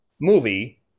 movie